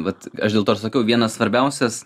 vat aš dėl to ir sakiau vienas svarbiausias